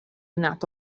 nato